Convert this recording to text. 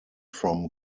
from